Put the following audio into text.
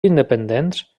independents